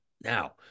Now